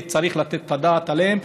וצריך לתת את הדעת עליהן.